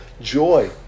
joy